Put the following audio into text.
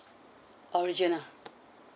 original